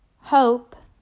Hope